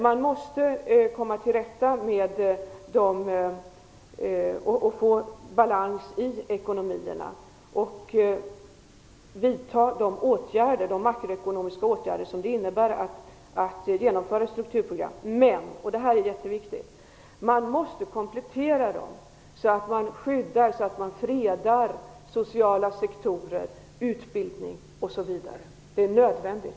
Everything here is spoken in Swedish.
Man måste se till att åstadkomma balans i ekonomierna och vidta de makroekonomiska åtgärder som krävs för att genomföra strukturprogrammen. Men - och detta är jätteviktigt - man måste komplettera programmen, så att man fredar sociala sektorer, utbildning osv. Det är nödvändigt.